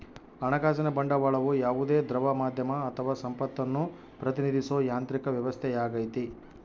ಹಣಕಾಸಿನ ಬಂಡವಾಳವು ಯಾವುದೇ ದ್ರವ ಮಾಧ್ಯಮ ಅಥವಾ ಸಂಪತ್ತನ್ನು ಪ್ರತಿನಿಧಿಸೋ ಯಾಂತ್ರಿಕ ವ್ಯವಸ್ಥೆಯಾಗೈತಿ